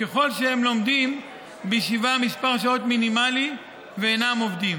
ככל שהם לומדים בישיבה מספר שעות מינימלי ואינם עובדים.